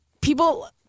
people